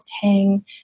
Tang